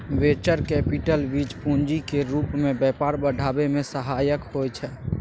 venture capital बीज पूंजी केर रूप मे व्यापार बढ़ाबै मे सहायक होइ छै